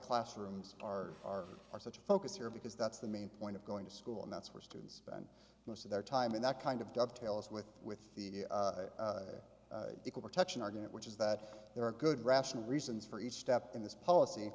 classrooms are are are such a focus here because that's the main point of going to school and that's where student most of their time and that kind of dovetails with with the equal protection argument which is that there are good rational reasons for each step in this policy